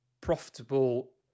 profitable